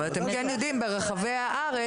אתם יודעים כמה עצרתם ברחבי הארץ,